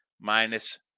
minus